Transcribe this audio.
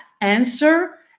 answer